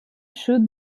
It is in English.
should